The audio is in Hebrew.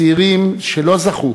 צעירים שלא זכו